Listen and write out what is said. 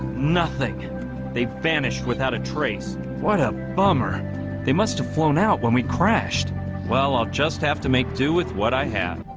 nothing they vanished without a trace what a bummer they must have flown out when we crashed well i'll just have to make do with what i had